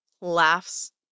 Laughs